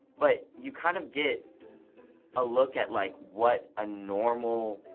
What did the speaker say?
but you kind of get a look at like what a normal,